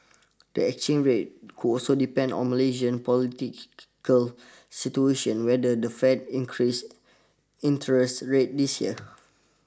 the exchange rate could also depend on Malaysian political situation whether the Fed increases interest rates this year